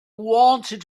wanted